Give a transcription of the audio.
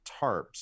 tarps